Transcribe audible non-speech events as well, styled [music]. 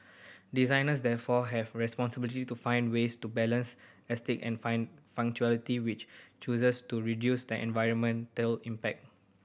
designers therefore have responsibility to find ways to balance aesthetic and [unintelligible] functionality with choices to reduce the environmental impact